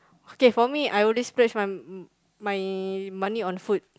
okay for me I only splurge my my money on food